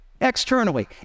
externally